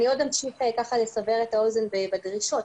אני אמשיך לסבר את האוזן בדרישות.